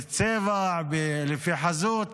לפי חזות,